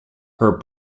her